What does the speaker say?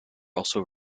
also